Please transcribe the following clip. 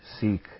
seek